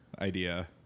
idea